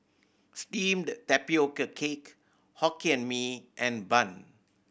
steamed tapioca cake Hokkien Mee and bun